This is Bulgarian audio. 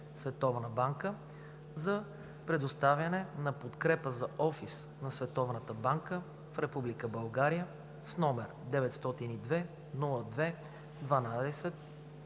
(Световна банка) за предоставяне на подкрепа за офис на Световната банка в Република България, № 902-02-12,